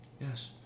Yes